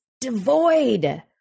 devoid